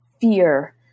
fear